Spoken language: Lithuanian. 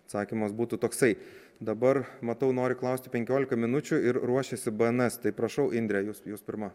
atsakymas būtų toksai dabar matau nori klaust penkiolika minučių ir ruošiasi bns tai prašau indre jūs jūs pirma